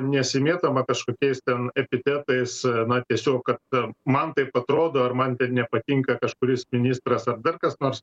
nesimėtoma kažkokiais ten epitetais na tiesiog kad man taip atrodo ar man ten nepatinka kažkuris ministras ar dar kas nors